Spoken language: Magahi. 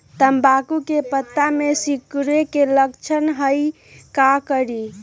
तम्बाकू के पत्ता में सिकुड़न के लक्षण हई का करी?